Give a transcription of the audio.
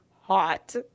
hot